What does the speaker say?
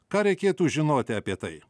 ką reikėtų žinoti apie tai